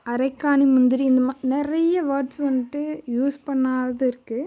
அரைக்காணி முந்திரி இந்தமாதிரி நிறைய வேர்ட்ஸ் வந்துட்டு யூஸ் பண்ணாதது இருக்குது